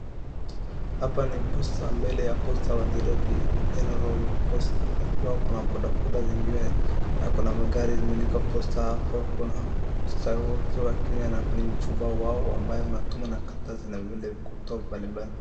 Hapa ni posta mbele ya Posta Nairobi General Posta na huku kuna boda boda zingine na kuna magari imeandikwa Posta hapo kuna stawa ukiwa Kenya na plane mkubwa wao ambao unatumia na karatasi nazo vile kutoa mbalimbali